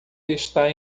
está